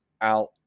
out